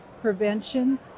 prevention